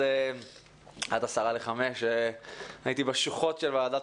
אז עד 17:50 הייתי בשוחות של ועדת